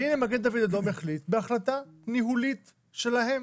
והנה, מד"א החליט בהחלטה ניהולית שלהם